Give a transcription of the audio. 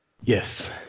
Yes